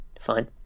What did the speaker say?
Fine